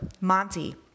Monty